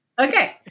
Okay